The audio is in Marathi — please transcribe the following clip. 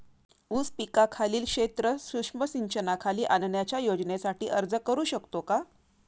ऊस पिकाखालील क्षेत्र सूक्ष्म सिंचनाखाली आणण्याच्या योजनेसाठी अर्ज करू शकतो का?